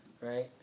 right